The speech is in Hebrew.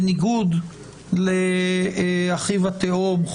בניגוד לאחיו התאום,